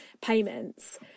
payments